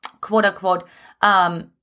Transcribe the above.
quote-unquote